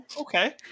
Okay